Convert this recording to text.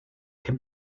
can